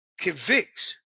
convicts